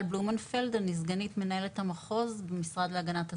סגנית מנהלת המחוז במשרד להגנת הסביבה.